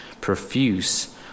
Profuse